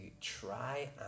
try